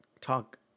talk